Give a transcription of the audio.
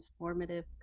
transformative